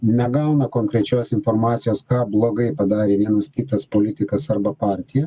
negauna konkrečios informacijos ką blogai padarė vienas kitas politikas arba partija